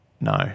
No